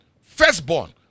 firstborn